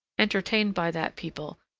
entertained by that people,